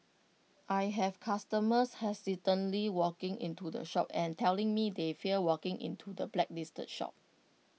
I have customers hesitantly walking into the shop and telling me they fear walking into the blacklisted shops